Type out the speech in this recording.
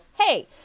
hey